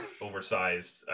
oversized